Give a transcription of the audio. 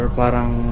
parang